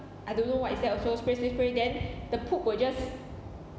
I don't know what is that also spray spray spray then the poop will just